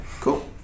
Cool